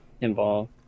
involved